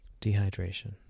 Dehydration